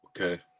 Okay